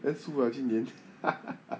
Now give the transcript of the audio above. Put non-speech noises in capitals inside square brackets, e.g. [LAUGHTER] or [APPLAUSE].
then 输的去粘 [LAUGHS]